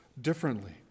differently